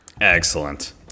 excellent